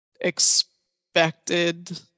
expected